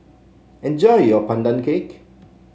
enjoy your Pandan Cake